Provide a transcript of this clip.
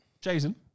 Jason